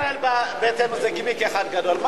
כל ישראל ביתנו זה גימיק אחד גדול.